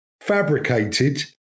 fabricated